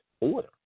order